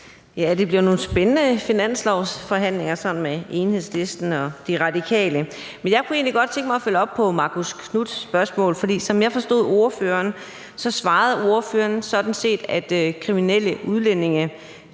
Ja, det bliver nogle spændende finanslovsforhandlinger sådan med Enhedslisten og De Radikale. Men jeg kunne egentlig godt tænke mig at følge op på Marcus Knuths spørgsmål. For som jeg forstod ordføreren, svarede ordføreren sådan set, at kriminelle udlændinge